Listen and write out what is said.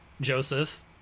joseph